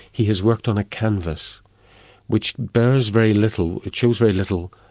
he has worked on a canvas which bears very little, it shows very little,